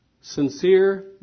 Sincere